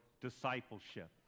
discipleship